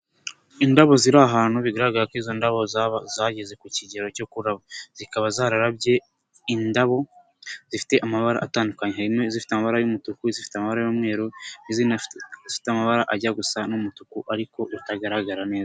Indabo ziri ahantu bigaragara ko izo ndabo zageze ku kigero cyo kuraba. Zikaba zararabye indabo zifite amabara atandukanye. Harimo izifite amabara y'umutuku, izifite amabara y'umweru, izindi zifite amabara ajya gusa n'umutuku ariko utagaragara neza.